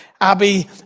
Abby